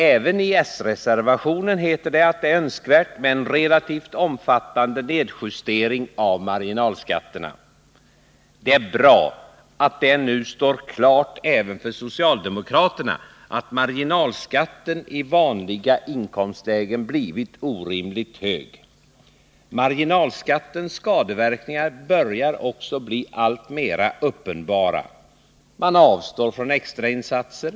Även i s-reservationen heter det att ”det är önskvärt med en relativt omfattande nedjustering av marginalskatterna”. Det är bra att det nu står klart även för socialdemokraterna, att marginalskatten i vanliga inkomstlägen är orimligt hög. Marginalskattens skadeverkningar börjar också bli alltmer uppenbara. Man avstår från extrainsatser.